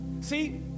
See